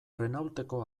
renaulteko